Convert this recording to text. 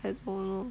I don't know